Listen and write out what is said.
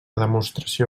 demostració